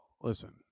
listen